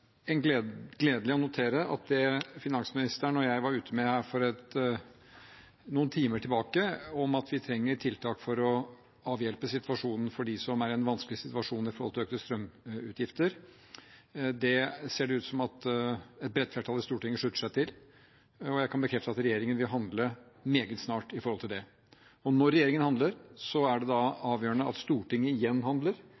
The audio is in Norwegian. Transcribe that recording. finansministeren og jeg var ute med for noen timer siden – at vi trenger tiltak for å avhjelpe situasjonen for dem som er i en vanskelig situasjon grunnet økte strømutgifter – ser det ut som at et bredt flertall i Stortinget slutter seg til. Jeg kan bekrefte at regjeringen vil handle meget snart i den forbindelse. Når regjeringen handler, er det da